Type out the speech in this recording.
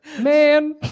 Man